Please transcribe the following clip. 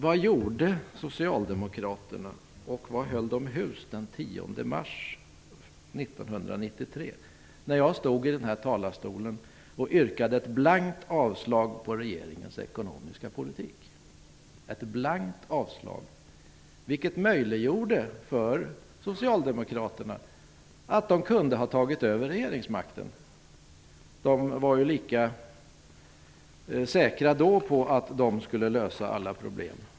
Vad gjorde socialdemokraterna och var höll de hus den 10 mars 1993 när jag stod i denna talarstol och yrkade blankt avslag på regeringens ekonomiska politik? Jag yrkade ett blankt avslag, vilket kunde ha möjliggjort för Socialdemokraterna att ta över regeringsmakten. De var ju lika säkra då på att de skulle lösa alla problem.